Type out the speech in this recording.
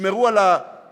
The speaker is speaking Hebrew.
ישמרו על השקט?